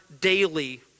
daily